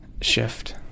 shift